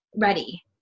ready